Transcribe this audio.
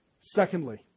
Secondly